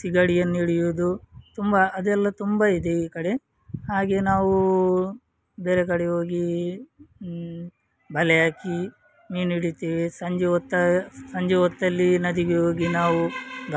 ಸೀಗಡಿಯನ್ನ ಹಿಡಿಯುವುದು ತುಂಬ ಅದೆಲ್ಲ ತುಂಬ ಇದೆ ಈ ಕಡೆ ಹಾಗೆ ನಾವು ಬೇರೆ ಕಡೆ ಹೋಗಿ ಬಲೆ ಹಾಕಿ ಮೀನು ಹಿಡಿತೀವಿ ಸಂಜೆ ಹೊತ್ತು ಸಂಜೆ ಹೊತ್ತಲ್ಲಿ ನದಿಗೆ ಹೋಗಿ ನಾವು